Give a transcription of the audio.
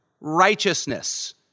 righteousness